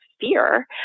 fear